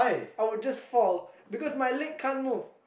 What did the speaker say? I would just fall because my leg can't move